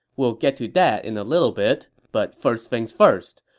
we'll get to that in a little bit, but first things first,